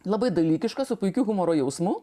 labai dalykiška su puikiu humoro jausmu